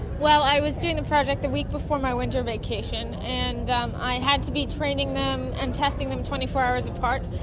i was doing the project the week before my winter vacation and um i had to be training them and testing them twenty four hours apart,